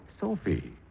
Sophie